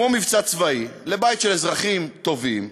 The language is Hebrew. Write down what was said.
כמו מבצע צבאי, לבית של אזרחים טובים,